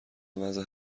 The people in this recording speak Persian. وضع